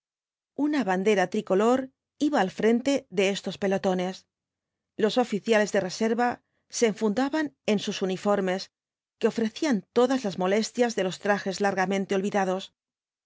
una bandera tricolor iba al frente de estos pelotones los oficiales de reserva se enfundaban en sus uniformes que ofrecían todas las molestias de los trajes largamente olvidados